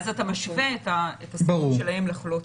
אז אתה משווה את הסיכוי שלהם לחלות.